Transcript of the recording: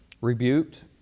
rebuked